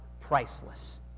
priceless